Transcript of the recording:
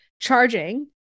charging